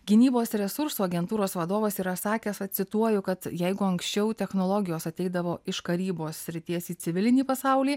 gynybos resursų agentūros vadovas yra sakęs va cituoju kad jeigu anksčiau technologijos ateidavo iš karybos srities į civilinį pasaulį